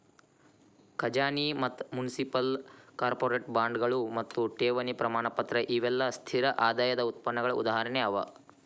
ಖಜಾನಿ ಮತ್ತ municipal, corporate ಬಾಂಡ್ಗಳು ಮತ್ತು ಠೇವಣಿ ಪ್ರಮಾಣಪತ್ರ ಇವೆಲ್ಲಾ ಸ್ಥಿರ ಆದಾಯದ್ ಉತ್ಪನ್ನಗಳ ಉದಾಹರಣೆ ಅವ